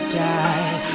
die